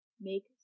make